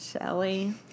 Shelly